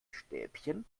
stäbchen